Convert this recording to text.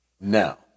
Now